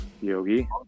Yogi